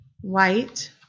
white